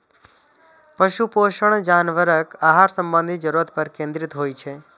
पशु पोषण जानवरक आहार संबंधी जरूरत पर केंद्रित होइ छै